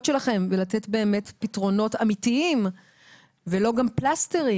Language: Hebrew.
שלכם ולתת באמת פתרונות אמיתיים ולא פלסטרים.